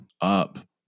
up